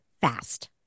fast